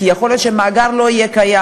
כי יכול להיות שהמאגר לא יהיה קיים.